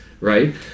right